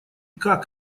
как